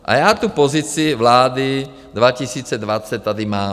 A já tu pozici vlády 2020 tady mám.